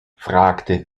fragte